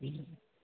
بل